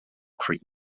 creek